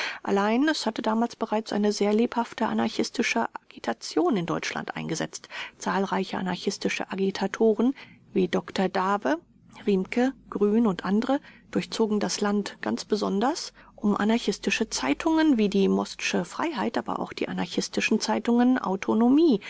allein es hatte damals bereits eine sehr lebhafte anarchistische agitation in deutschland eingesetzt zahlreiche anarchistische agitatoren wie dr dave rimke grün u a durchzogen das land ganz besonders um anarchistische zeitungen wie die mostsche freiheit aber auch die anarchistischen zeitungen autonomie